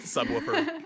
Subwoofer